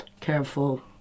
careful